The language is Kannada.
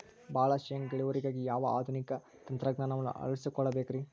ಭಾಳ ಶೇಂಗಾ ಇಳುವರಿಗಾಗಿ ಯಾವ ಆಧುನಿಕ ತಂತ್ರಜ್ಞಾನವನ್ನ ಅಳವಡಿಸಿಕೊಳ್ಳಬೇಕರೇ?